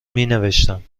مینوشتم